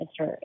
Mr